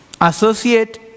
associate